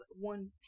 one